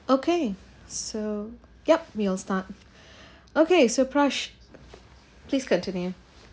okay so yup we will start okay so prash please continue